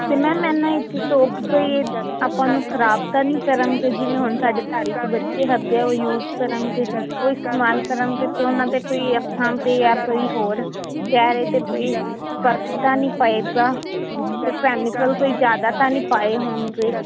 ਤੇ ਮੈਮ ਮੈਨੇ ਇਹ ਚ ਸੋਪ ਕੋਈ ਆਪਾਂ ਨੂੰ ਖਰਾਬ ਤਾਂ ਨਹੀਂ ਕਰਨਗੇ ਜਿਵੇਂ ਹੁਣ ਸਾਡੇ ਘਰ ਚ ਬੱਚੇ ਹੈਗੇ ਆ ਉਹ ਯੂਜ ਕਰੋਗੇ ਉਹ ਇਸਤੇਮਾਲ ਕਰਨ ਤੇ ਉਹਨਾਂ ਤੇ ਕੋਈ ਅੱਖਾਂ ਤੇ ਜਾਂ ਕੋਈ ਹੋਰ ਚਿਹਰੇ ਤੇ ਕੋਈ ਫਰਕ ਤਾਂ ਨਹੀਂ ਪਏਗਾ ਤੇ ਕੈਮੀਕਲ ਕੋਈ ਜਿਆਦਾ ਤਾਂ ਨਹੀਂ ਪਾਏ ਹੋਣਗੇ